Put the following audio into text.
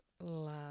love